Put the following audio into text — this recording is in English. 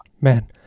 Man